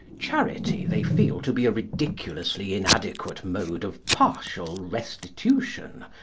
charity they feel to be a ridiculously inadequate mode of partial restitution,